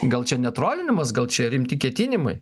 gal čia ne trolinimas gal čia rimti ketinimai